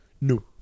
no